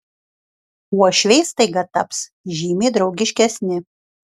uošviai staiga taps žymiai draugiškesni